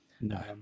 No